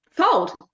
cold